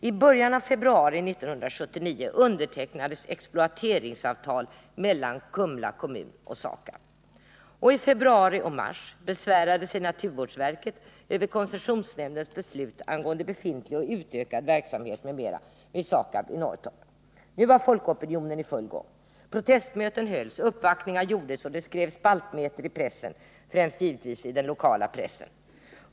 I början av februari 1979 undertecknades exploateringsavtal mellan Kumla kommun och SAKAB. Och i februari och mars besvärade sig naturvårdsverket över koncessionsnämndens beslut angående befintlig och utökad verksamhet m.m. vid SAKAB i Norrtorp. Nu var folkopinionen i full gång. Protestmöten hölls, uppvaktningar gjordes och det skrevs spaltmeter i pressen, främst givetvis i den lokala pressen.